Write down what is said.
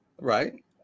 Right